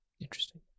Interesting